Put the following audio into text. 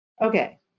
Okay